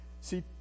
See